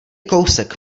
kousek